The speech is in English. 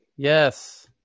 Yes